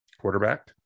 Quarterback